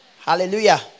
Hallelujah